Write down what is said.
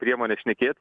priemones šnekėt